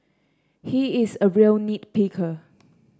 he is a real nit picker